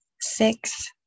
six